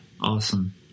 Awesome